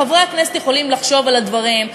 חברי הכנסת יכולים לחשוב על הדברים.